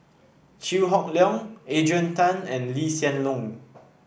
Chew Hock Leong Adrian Tan and Lee Hsien Loong